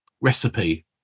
recipe